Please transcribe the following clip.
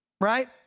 Right